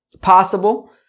possible